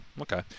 okay